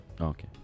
okay